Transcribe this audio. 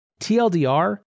TLDR